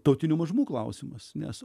tautinių mažumų klausimas nes